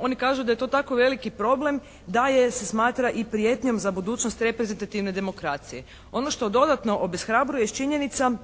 oni kažu da je to tako veliki problem da je, se smatra i prijetnjom za budućnost reprezentativne demokracije. Ono što dodatno obeshrabruje jest činjenica